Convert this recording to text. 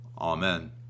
Amen